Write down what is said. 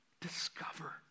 discover